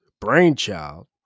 brainchild